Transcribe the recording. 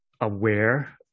aware